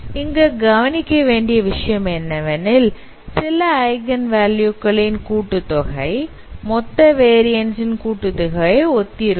இங்கு கவனிக்க வேண்டிய விஷயம் என்னவெனில் சில ஐகன் வேல்யூ களின் கூட்டுத்தொகை மொத்த வேரியன்ஸ் ன் கூட்டுத் தொகையை ஒத்திருக்கும்